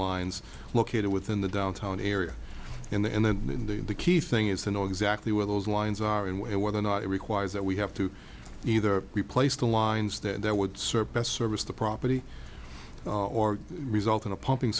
lines located within the downtown area in the and then in the key thing is to know exactly where those lines are in way whether or not it requires that we have to either replace the lines that would serve best service the property or result in a pumping